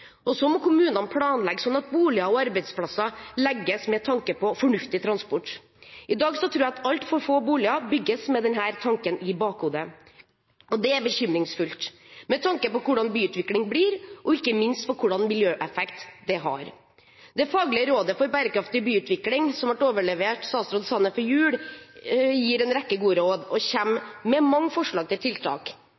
og så må kommunene planlegge sånn at boliger og arbeidsplasser legges med tanke på fornuftig transport. I dag tror jeg at alt for få boliger bygges med denne tanken i bakhodet, og det er bekymringsfullt med tanke på hvordan byutviklingen blir, og ikke minst med hensyn til hvilken miljøeffekt det har. Fagrådet for bærekraftig bypolitikk, som overleverte statsråd Sanner sin sluttrapport før jul, gir en rekke gode råd og